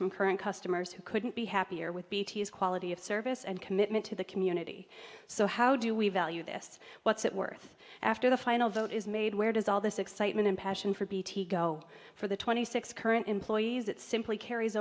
from current customers who couldn't be happier with bt is quality of service and commitment to the community so how do we value this what's it worth after the final vote is made where does all this excitement and passion for bt go for the twenty six current employees it simply carries